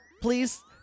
please